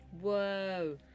whoa